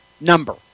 number